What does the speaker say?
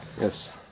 Yes